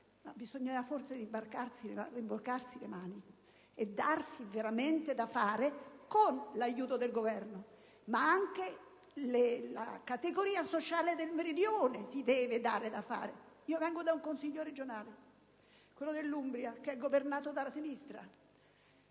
bisognerà forse rimboccarsi le maniche e darsi veramente da fare, con l'aiuto del Governo. Anche la categoria sociale del Meridione si deve dare da fare. Vengo dal Consiglio regionale dell'Umbria, regione governata dalla sinistra.